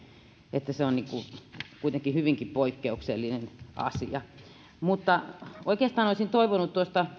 niin se on kuitenkin hyvinkin poikkeuksellinen asia oikeastaan olisin toivonut